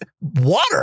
water